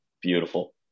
Beautiful